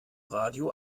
radio